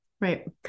Right